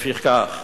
לפיכך,